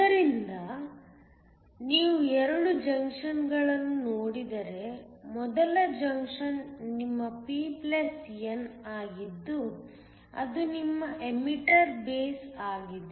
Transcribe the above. ಆದ್ದರಿಂದ ನೀವು 2 ಜಂಕ್ಷನ್ಗಳನ್ನು ನೋಡಿದರೆ ಮೊದಲ ಜಂಕ್ಷನ್ ನಿಮ್ಮ pn ಆಗಿದ್ದು ಅದು ನಿಮ್ಮ ಎಮಿಟರ್ ಬೇಸ್ ಆಗಿದೆ